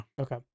okay